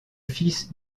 fils